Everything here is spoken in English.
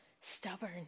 stubborn